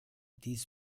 dies